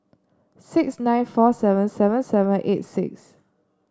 six nine four seven seven seven eight nine